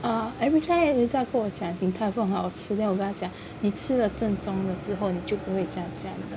err everytime 人家跟我讲 Din-Tai-Fung 很好吃 then 我跟他讲你吃了正宗了之后你就不会这样子